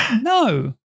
no